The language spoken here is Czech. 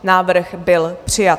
Návrh byl přijat.